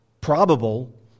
probable